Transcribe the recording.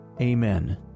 amen